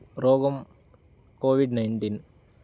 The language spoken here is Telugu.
రోగం కోవిడ్ నైన్టీన్